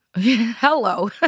Hello